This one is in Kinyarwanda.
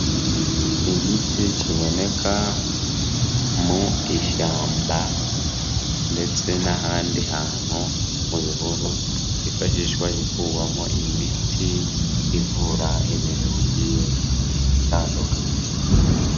Igiti kiboneka mu ishyamba ndetse n'ahandi hantu mu bihuru, cyifashishwa gikurwamo imiti ivura ibintu bitandukanye.